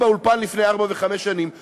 באולפן לפני ארבע וחמש שנים הולכים.